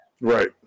Right